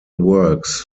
works